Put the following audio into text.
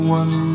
one